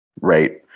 right